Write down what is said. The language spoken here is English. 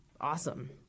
awesome